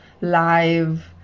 live